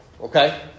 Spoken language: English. okay